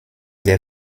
der